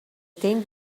tem